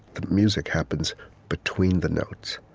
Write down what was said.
the music happens between the notes.